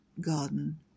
garden